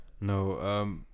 No